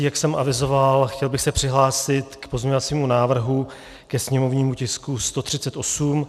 Jak jsem avizoval, chtěl bych se přihlásit k pozměňovacímu návrhu ke sněmovnímu tisku 138.